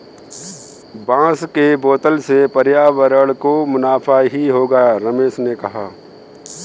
बांस के बोतल से पर्यावरण को मुनाफा ही होगा रमेश ने कहा